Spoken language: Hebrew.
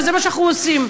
וזה מה שאנחנו עושים.